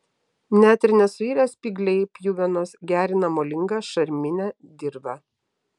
net ir nesuirę spygliai pjuvenos gerina molingą šarminę dirvą